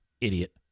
Idiot